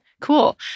Cool